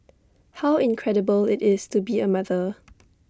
how incredible IT is to be A mother